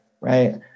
right